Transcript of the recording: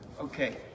Okay